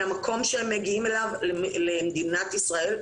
המקום שהם מגיעים אליו למדינת ישראל,